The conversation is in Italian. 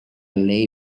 lei